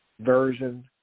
version